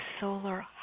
solar